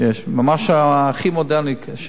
ממש הכי מודרני שיצא.